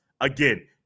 again